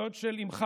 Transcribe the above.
דוד של אימי.